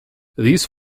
these